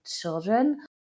children